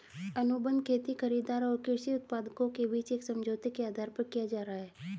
अनुबंध खेती खरीदार और कृषि उत्पादकों के बीच एक समझौते के आधार पर किया जा रहा है